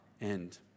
end